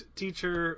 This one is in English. teacher